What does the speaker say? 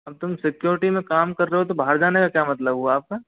अब तुम सिक्योरिटी में काम कर रहे हो तो बाहर जाने का क्या मतलब हुआ आपका